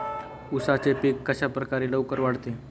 उसाचे पीक कशाप्रकारे लवकर वाढते?